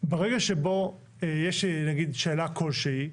ברגע שבו יש נגיד שאלה כלשהי,